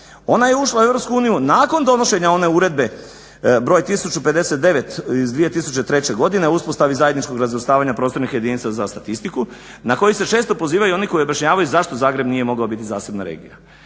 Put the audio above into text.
Ona je ušla u EU nakon donošenja one Uredbe br. 1059/2003 o uspostavi zajedničkog razvrstavanja prostornih jedinica za statistiku na koju se često pozivaju oni koji objašnjavaju zašto Zagreb nije mogao biti zasebna regija.